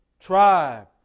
tribe